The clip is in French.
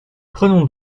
prenons